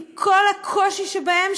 עם כל הקושי שבהם,